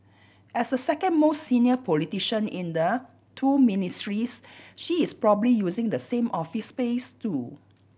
as the second most senior politician in the two Ministries she is probably using the same office space too